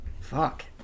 fuck